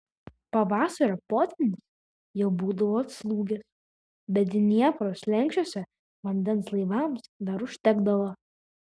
pavasario potvynis jau būdavo atslūgęs bet dniepro slenksčiuose vandens laivams dar užtekdavo